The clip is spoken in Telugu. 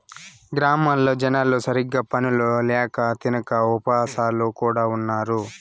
గ్రామాల్లో జనాలు సరిగ్గా పనులు ల్యాక తినక ఉపాసాలు కూడా ఉన్నారు